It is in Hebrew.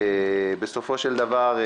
בסופו של דבר,